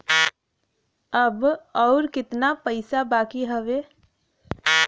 अब अउर कितना पईसा बाकी हव?